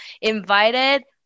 invited